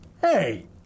Hey